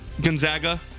Gonzaga